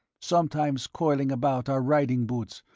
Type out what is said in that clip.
sometimes coiling about our riding boots,